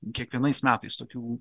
kiekvienais metais tokių